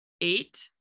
eight